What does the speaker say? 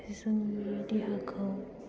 जोंनि देहाखौ